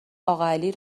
اقاعلی